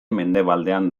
mendebaldean